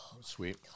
Sweet